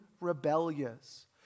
rebellious